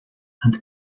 and